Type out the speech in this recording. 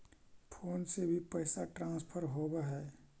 Phone से भी पैसा ट्रांसफर होवहै?